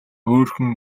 хөөрхий